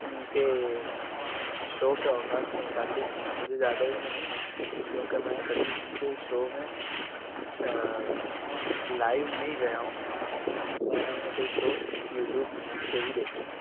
ان کے شو کے اوقات کے متعلق مجھے زیادہ علم نہیں ہے کیوںکہ میں کبھی ان کے شو میں لائیو نہیں کیا گیا ہوں میں نے ان کے شو یوٹیوب سے ہی دیکھے ہیں